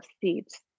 seeds